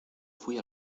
fuí